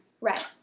Right